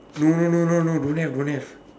no no no no don't have don't have